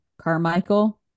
Carmichael